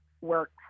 work